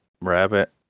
Rabbit